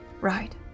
right